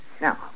Now